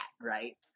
right